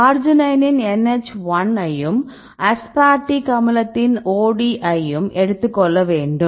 அர்ஜினைனின் NH1 ஐயும் மற்றும் aspartic அமிலத்தின் OD1 ஐயும் எடுத்துக்கொள்ள வேண்டும்